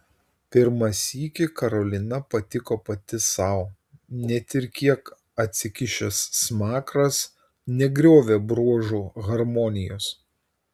pirmą sykį karolina patiko pati sau net ir kiek atsikišęs smakras negriovė bruožų harmonijos